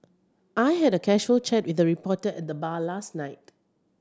I had a casual chat with a reporter at the bar last night